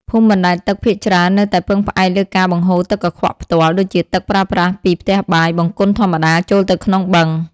ភូមិបណ្ដែតទឹកភាគច្រើននៅតែពឹងផ្អែកលើការបង្ហូរទឹកកខ្វក់ផ្ទាល់ ដូចជាទឹកប្រើប្រាស់ពីផ្ទះបាយ បង្គន់ធម្មតាចូលក្នុងបឹង។